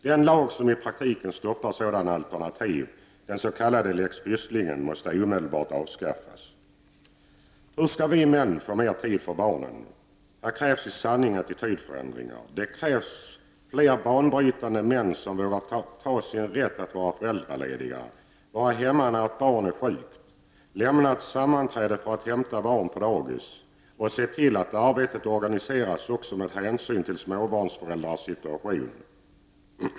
Den lag som i praktiken stoppar sådana alternativ, den s.k. lex Pysslingen, måste omedelbart avskaffas. Hur skall vi män få mer tid för barnen? Här krävs i sanning attitydförändringar. Det krävs fler banbrytande män, som vågar ta sin rätt att vara föräldralediga, vara hemma när ett barn är sjukt, lämna ett sammanträde för att hämta barn på dagis och se till att arbetet organiseras också med hänsyn till småbarnsföräldrars situation.